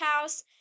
house